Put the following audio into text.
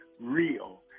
real